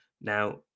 now